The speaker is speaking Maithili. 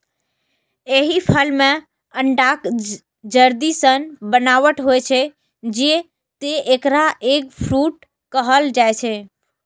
एहि फल मे अंडाक जर्दी सन बनावट होइ छै, तें एकरा एग फ्रूट कहल जाइ छै